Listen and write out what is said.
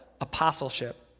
apostleship